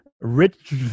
rich